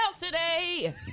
today